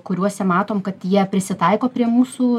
kuriuose matom kad jie prisitaiko prie mūsų